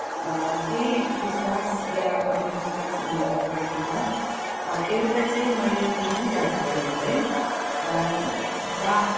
केही विश्वास या अन्धविश्वास उनीहरूले गरेकोमा एउटा चाहिँ मैले देखिरहेको कुरो चाहिँ बा